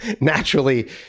naturally